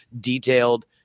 detailed